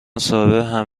صاحب